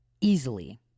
easily